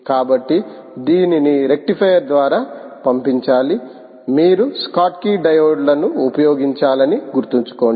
కాబట్టి దీనిని రెక్టిఫయర్ ద్వారా పంపించాలి మీరు షాట్కీ డయోడ్లను ఉపయోగించాలని గుర్తుంచుకోండి